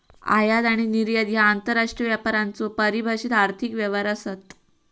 आयात आणि निर्यात ह्या आंतरराष्ट्रीय व्यापाराचो परिभाषित आर्थिक व्यवहार आसत